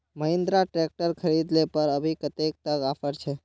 Mahindra tractor खरीद ले पर अभी कतेक तक ऑफर छे?